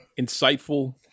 insightful